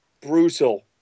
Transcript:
brutal